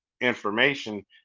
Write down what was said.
information